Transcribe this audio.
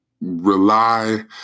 rely